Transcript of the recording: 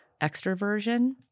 extroversion